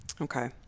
okay